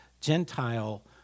Gentile